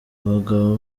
bagabo